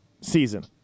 season